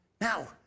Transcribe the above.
Now